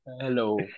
Hello